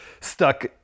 stuck